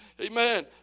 Amen